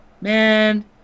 man